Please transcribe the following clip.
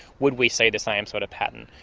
would we see the same sort of pattern?